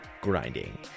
grinding